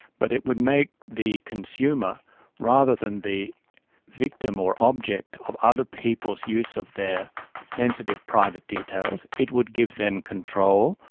but it would make the consumer rather than the victim or object of other people's use of their sensitive private details, it would give them control,